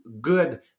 good